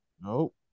nope